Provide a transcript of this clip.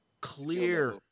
clear